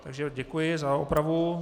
Takže děkuji za opravu.